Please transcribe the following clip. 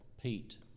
Pete